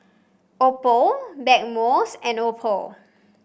Oppo Blackmores and Oppo